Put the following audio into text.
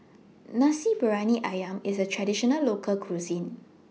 Nasi Briyani Ayam IS A Traditional Local Cuisine